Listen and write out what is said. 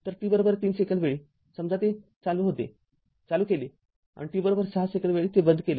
तर t३ सेकंद वेळी समजा ते चालू केले आणि t६ सेकंद वेळी ते बंद केले